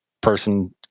person